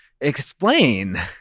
Explain